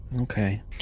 Okay